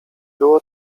było